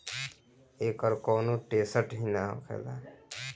एकर कौनो टेसट ही ना होखेला